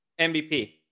MVP